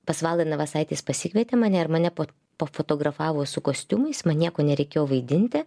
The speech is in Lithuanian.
pas valą navasaitis pasikvietė mane ir mane po pofotografavo su kostiumais man nieko nereikėjo vaidinti